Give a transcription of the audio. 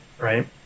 right